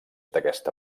d’aquesta